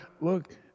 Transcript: Look